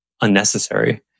unnecessary